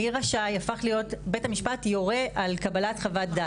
מ"רשאי" הפך להיות "בית המשפט יורה על קבלת חוות דעת".